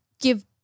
give